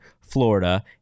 Florida